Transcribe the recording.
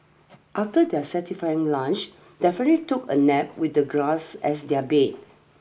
after their satisfying lunch the family took a nap with the grass as their bed